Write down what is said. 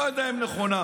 לא יודע אם היא נכונה,